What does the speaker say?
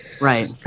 Right